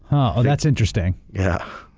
oh that's interesting. yeah.